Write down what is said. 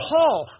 Paul